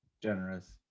generous